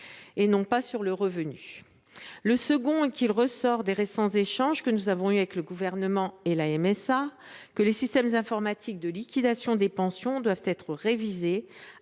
et non pas sur le revenu. Deuxièmement, il ressort des récents échanges que nous avons eus avec le Gouvernement et la MSA que les systèmes informatiques de liquidation des pensions devaient être révisés,